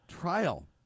trial